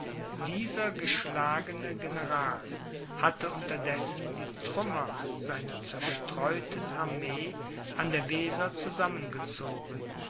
dieser geschlagene general hatte unterdessen die trümmer seiner zerstreuten armee an der weser zusammengezogen